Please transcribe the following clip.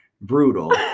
brutal